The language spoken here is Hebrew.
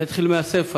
אני אתחיל מהסיפה: